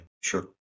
sure